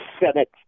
Senate